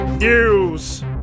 News